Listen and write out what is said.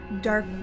dark